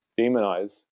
demonize